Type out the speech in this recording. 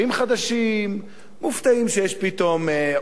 מופתעים שיש פתאום עורקים חדשים,